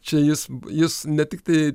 čia jis jis ne tiktai